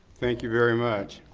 thank you very much.